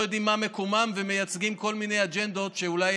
יודעים מה מקומם ומייצגים כל מיני אג'נדות שהם